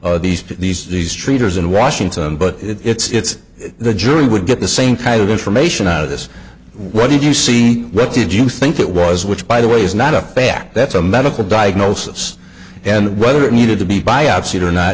these these these traders in washington but it's the jury would get the same kind of information out of this what did you see what did you think it was which by the way is not a fact that's a medical diagnosis and whether it needed to be biopsied or not